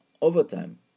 overtime